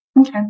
Okay